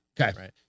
Okay